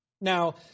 Now